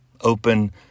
open